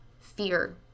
fear